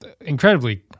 incredibly